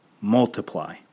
multiply